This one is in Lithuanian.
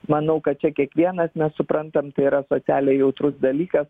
manau kad čia kiekvienas mes suprantam tai yra socialiai jautrus dalykas